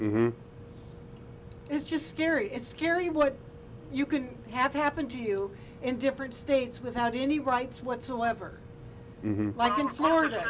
is just scary it's scary what you can have happen to you in different states without any rights whatsoever like in florida